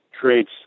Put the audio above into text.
creates